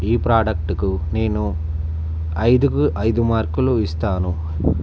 ఈ ప్రోడక్ట్కు నేను ఐదుకు ఐదు మార్కులు ఇస్తాను